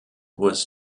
was